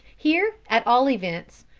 here at all events,